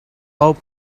how